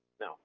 No